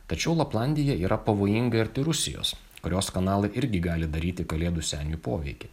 tačiau laplandija yra pavojingai arti rusijos kurios kanalai irgi gali daryti kalėdų seniui poveikį